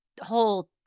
whole